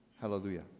Hallelujah